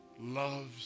loves